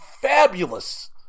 fabulous